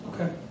Okay